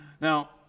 Now